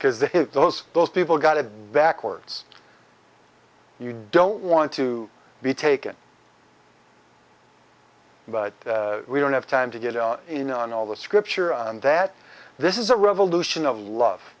the those those people got it backwards you don't want to be taken but we don't have time to get in on all the scripture and that this is a revolution of love